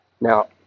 Now